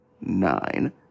nine